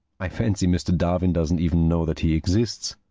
i fancy mr. darwin doesn't even know that he exists.